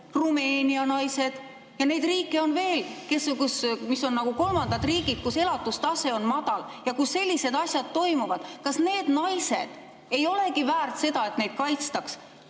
Rumeenia naised – ja neid riike on veel, mis on nagu kolmandad riigid, kus elatustase on madal ja kus sellised asjad toimuvad –, kas need naised ei olegi väärt seda, et neid kaitstaks?